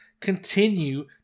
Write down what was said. continue